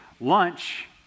lunch